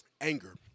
anger